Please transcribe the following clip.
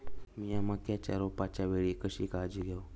मीया मक्याच्या रोपाच्या वेळी कशी काळजी घेव?